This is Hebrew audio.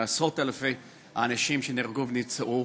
עשרות-אלפי אנשים נהרגו ונפצעו.